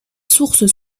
sources